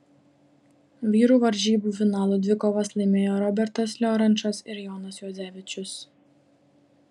vyrų varžybų finalo dvikovas laimėjo robertas liorančas ir jonas juozevičius